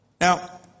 Now